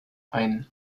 ein